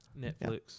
Netflix